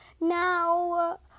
Now